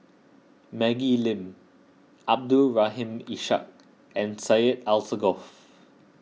Maggie Lim Abdul Rahim Ishak and Syed Alsagoff